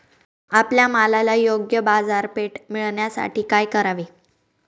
आपल्या मालाला योग्य बाजारपेठ मिळण्यासाठी काय करावे?